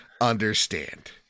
understand